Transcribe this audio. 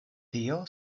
tio